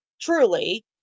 truly